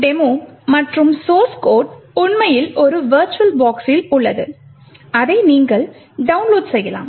இந்த டெமோ மற்றும் source code உண்மையில் ஒரு விர்ச்சுவல் பாக்ஸில் உள்ளது அதை நீங்கள் டவுன்லோட் செய்யலாம்